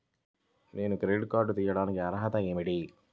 నేను credit card తీయడానికి అర్హత ఏమిటి?